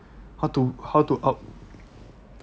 how to how to out